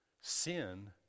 sin